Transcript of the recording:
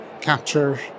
capture